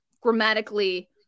grammatically